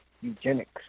eugenics